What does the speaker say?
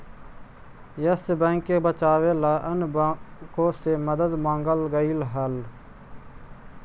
yes Bank के बचावे ला अन्य बाँकों से मदद मांगल गईल हल